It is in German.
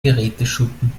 geräteschuppen